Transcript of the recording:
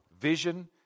vision